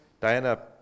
Diana